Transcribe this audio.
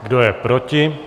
Kdo je proti?